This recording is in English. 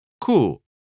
Cool